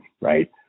right